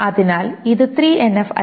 അതിനാൽ ഇത് 3NF ൽ അല്ല